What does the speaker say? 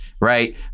right